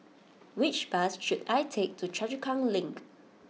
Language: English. which bus should I take to Choa Chu Kang Link